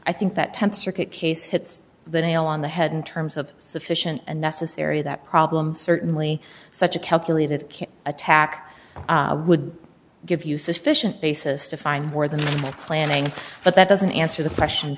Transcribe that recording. i think that th circuit case hits the nail on the head in terms of sufficient and necessary that problem certainly such a calculated attack would give you sufficient basis to find more than planning but that doesn't answer the question